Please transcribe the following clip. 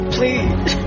Please